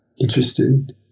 interested